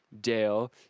Dale